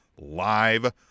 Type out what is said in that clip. live